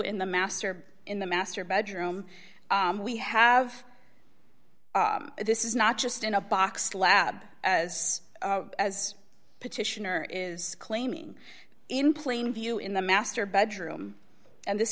in the master in the master bedroom we have this is not just in a box lab as as petitioner is claiming in plain view in the master bedroom and this